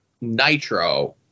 Nitro